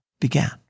began